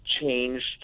changed